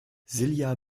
silja